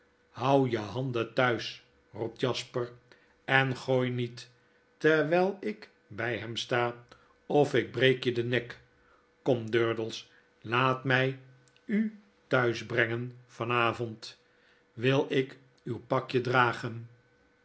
houd je handen thuis roept jasper en gooi niet terwyl ik by hem sta of ik breek je den nek kom durdels laat my u thuis brengen van avond wil ik uw pakje dragen